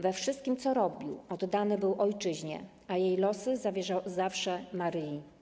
We wszystkim, co robił, oddany był ojczyźnie, a jej losy zawierzał zawsze Maryi.